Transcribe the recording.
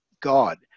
God